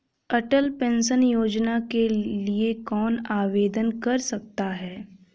अटल pension Yojana के लिए कौन आवेदन कर सकता है?